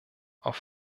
auf